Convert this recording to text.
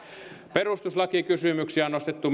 perustuslakikysymyksiä on nostettu